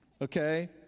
okay